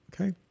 okay